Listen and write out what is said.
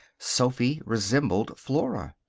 sophy resembled flora.